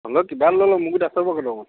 হ'ব কিবা এটা লৈ ল মোৰ গুৰিত আছে বাৰু কেইটকামান